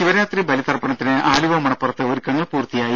ശിവരാത്രി ബലിതർപ്പണത്തിന് ആലുവ മണപ്പുറത്ത് ഒരുക്കങ്ങൾ പൂർത്തിയായി